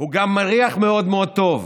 הוא גם מריח מאוד מאוד טוב,